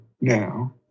now